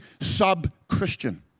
sub-Christian